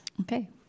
Okay